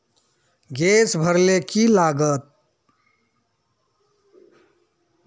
Gas भरले की लागत?